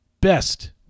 best